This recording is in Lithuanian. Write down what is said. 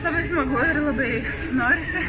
labai smagu ir labai norisi